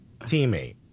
teammate